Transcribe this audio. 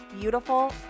beautiful